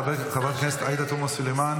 חברת הכנסת עאידה תומא סלימאן,